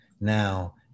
Now